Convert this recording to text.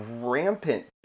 rampant